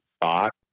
thought